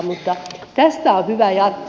mutta tästä on hyvä jatkaa